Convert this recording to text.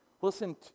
Listen